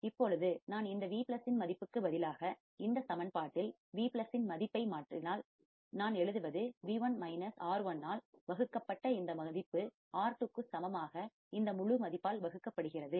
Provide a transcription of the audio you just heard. இப்பொழுது நான் இந்த V இன் மதிப்புக்கு பதிலாக இந்த சமன்பாட்டில் V இன் மதிப்பை நான் மாற்றினால் நான் எழுதுவது V1 R1 ஆல் வகுக்கப்பட்ட இந்த மதிப்பு R2 க்கு சமமாக இந்த முழு மதிப்பால் வகுக்கப்படுகிறது